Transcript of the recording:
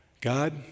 God